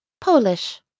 polish